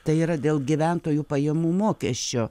tai yra dėl gyventojų pajamų mokesčio